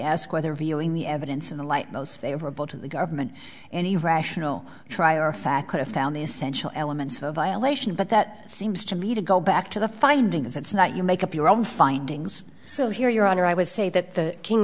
ask whether viewing the evidence in the light most favorable to the government any rational trier of fact could have found the essential elements of a violation but that seems to me to go back to the finding as it's not you make up your own findings so here your honor i would say that the king